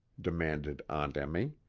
demanded aunt emmy.